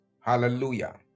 Hallelujah